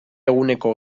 eguneko